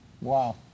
Wow